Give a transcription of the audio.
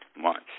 months